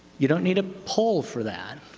you don't need a pull for that.